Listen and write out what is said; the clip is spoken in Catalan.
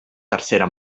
tercera